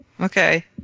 Okay